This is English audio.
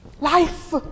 Life